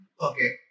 Okay